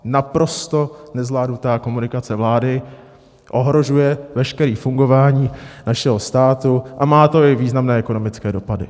Naprosto nezvládnutá komunikace vlády ohrožuje veškeré fungování našeho státu a má to i významné ekonomické dopady.